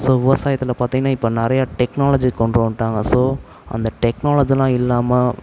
so விவசாயத்தில் பாத்திங்கன்னா இப்போ நிறைய டெக்னாலஜி கொண்டு வந்துட்டாங்க ஸோ அந்த டெக்னாலஜிலாம் இல்லாமல்